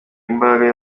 imbaraga